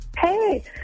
Hey